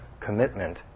commitment